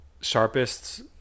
sharpest